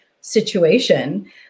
situation